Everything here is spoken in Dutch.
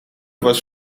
was